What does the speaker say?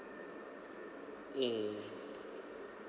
mm